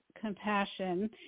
compassion